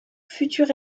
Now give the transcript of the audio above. futur